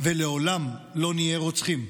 ולעולם לא נהיה רוצחים.